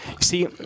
See